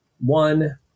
one